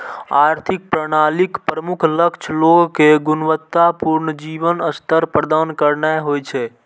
आर्थिक प्रणालीक प्रमुख लक्ष्य लोग कें गुणवत्ता पूर्ण जीवन स्तर प्रदान करनाय होइ छै